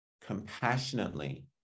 compassionately